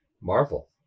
marvel